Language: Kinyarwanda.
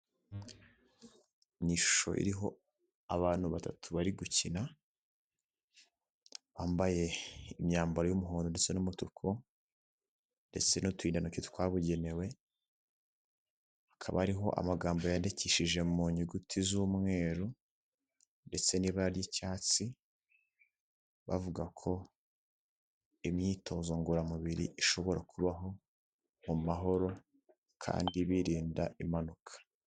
Ni ishusho iriho abantu batatu bari gukina bambaye imyambaro y'umuhondo ndetse n'umutuku ndetse n'uturindantoki twabugenewe, hakaba hariho amagambo yandikishije mu nyuguti z'umweru ndetse n'ibari ry'icyatsi, bavuga ko imyitozo ngororamubiri ishobora kubaho mu mahoro kandi birinda impanuka.